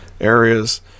areas